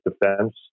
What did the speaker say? defense